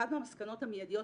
אחת מהמסקנות המיידיות,